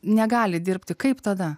negali dirbti kaip tada